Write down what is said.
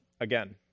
again